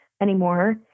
anymore